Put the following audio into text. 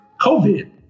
COVID